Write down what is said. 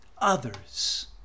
others